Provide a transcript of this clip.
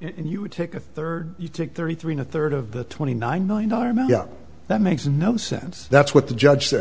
you take a third you take thirty three and a third of the twenty nine million dollar amount that makes no sense that's what the judge